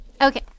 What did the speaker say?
okay